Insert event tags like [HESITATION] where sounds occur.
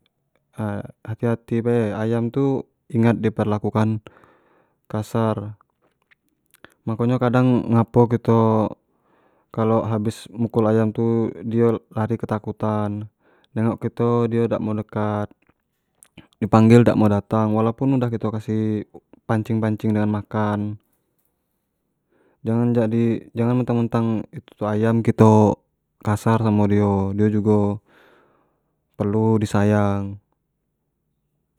[HESITATION] hati-hati bae ayam tu ingat di perlakukan kasar makonyo kadang ngapo kito kalo habis mukul ayam tu di lari ketakutan, nengok kito dio dak mau dekat, dipanggil dak mau datang walaupun udah kito kasih pancing-pancing dengan makanan, jangan jadi, jangan mentang-mentang itu ayam kito kasar samo dio, di jugo perlu disayang.